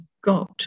God